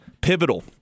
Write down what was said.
pivotal